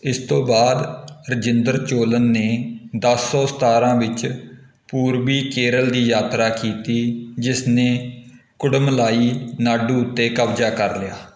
ਇਸ ਤੋਂ ਬਾਅਦ ਰਾਜਿੰਦਰ ਚੋਲਨ ਨੇ ਦੱਸ ਸੌ ਸਤਾਰਾਂ ਵਿੱਚ ਪੂਰਬੀ ਕੇਰਲ ਦੀ ਯਾਤਰਾ ਕੀਤੀ ਜਿਸ ਨੇ ਕੁਡਮਲਾਈ ਨਾਡੂ ਉੱਤੇ ਕਬਜ਼ਾ ਕਰ ਲਿਆ